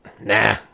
Nah